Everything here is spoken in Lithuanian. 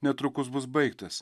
netrukus bus baigtas